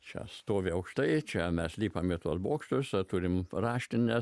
čia stovi aukštai čia mes lipam tuos bokštus turim raštinę